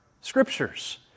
Scriptures